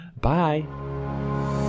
bye